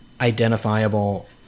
identifiable